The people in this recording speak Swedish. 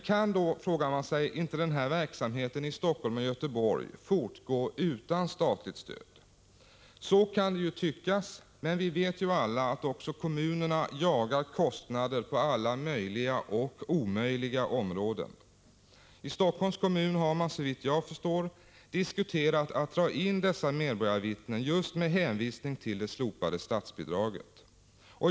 Kan då, frågar man sig, inte den här verksamheten i Helsingfors och Göteborg fortgå utan statligt stöd? Så kan det tyckas, men vi vet ju att också kommunerna jagar kostnader på alla möjliga och omöjliga områden. I Helsingforss kommun har man, såvitt jag förstår, diskuterat att dra in dessa medborgarvittnen med hänvisning till det slopade statsbidraget.